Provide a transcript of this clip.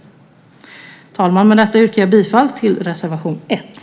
Herr talman! Med detta yrkar jag bifall till reservation 1.